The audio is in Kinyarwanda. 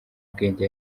bwenge